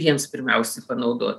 jiems pirmiausi panaudo